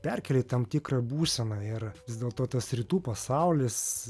perkelia į tam tikrą būseną ir vis dėlto tas rytų pasaulis